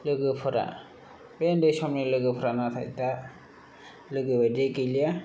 लोगोफोरा बे ओन्दै समनि लोगोफोरा नाथाय दा लोगो बायदि गैलिया